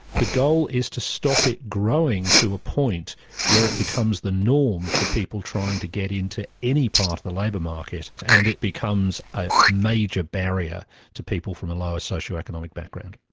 the goal is to stop it growing to a point where it becomes the norm for people trying to get into any part of the labour market, and it becomes a major barrier to people from a lower socio-economic background.